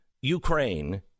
Ukraine